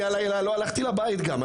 אני הלילה לא הלכתי לבית גם,